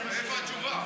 אבל איפה התשובה?